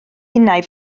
innau